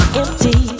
empty